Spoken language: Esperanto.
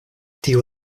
tiu